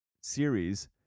series